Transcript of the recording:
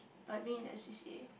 by being in that C_C_A